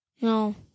No